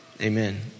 amen